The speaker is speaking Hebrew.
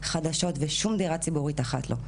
חדשות ושום דירה ציבורית אחת לא.